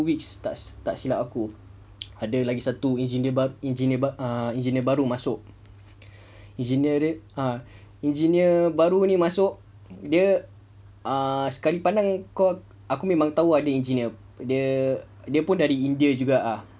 weeks tak tak silap aku ada lagi satu engineer bar~ engineer bar~ ah engineer baru masuk engineer dia engineer baru ni masuk dia sekali pandang kau aku memang tahu lah dia ni engineer dia pun dari india juga ah